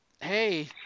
hey